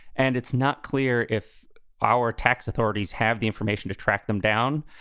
and it's not clear if our tax authorities have the information to track them down.